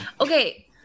okay